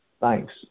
Thanks